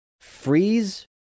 Freeze